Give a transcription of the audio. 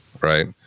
Right